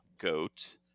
goat